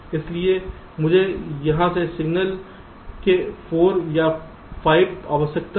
इसलिए मुझे यहां से सिग्नल्स के 4 या 5 की आवश्यकता है